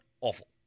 awful